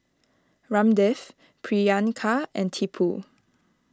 Ramdev Priyanka and Tipu